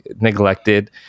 neglected